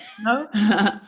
no